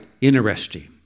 interesting